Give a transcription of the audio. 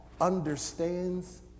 understands